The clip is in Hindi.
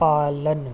पालन